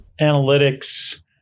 analytics